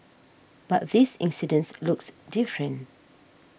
but this incident looks different